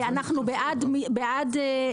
אנחנו בעד פרסום,